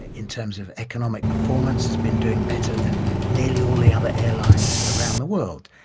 in terms of economic performance has been doing better than nearly all the other airlines around the world.